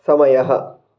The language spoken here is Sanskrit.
समयः